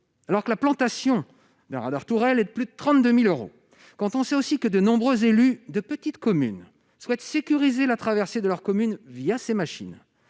alors que la plantation radar retour elle est de plus de 32000 euros quand on sait aussi que de nombreux élus de petites communes souhaite sécuriser la traversée de leur commune via ces machines